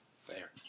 Fair